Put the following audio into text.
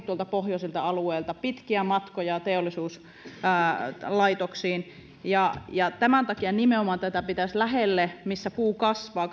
tuolta pohjoisilta alueilta pitkiä matkoja teollisuuslaitoksiin tämän takia nimenomaan jalostusta pitäisi tuoda sinne kasvupaikkojen lähelle missä puu kasvaa